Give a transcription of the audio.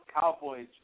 Cowboys